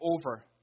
over